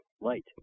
light